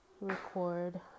record